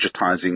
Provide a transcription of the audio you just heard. digitizing